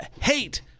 hate